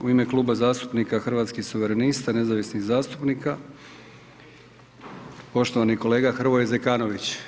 U ime Kluba zastupnika Hrvatskih suverenista, nezavisnih zastupnika poštovani kolega Hrvoje Zekanović.